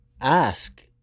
ask